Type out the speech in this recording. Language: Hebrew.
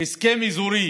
הסכם אזורי